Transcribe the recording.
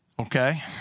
Okay